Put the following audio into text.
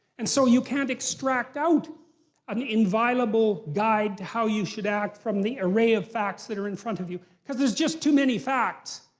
and so you can't extract out an inviolable guide to how you should act from the array of facts that are in front of you. because there's just too many facts.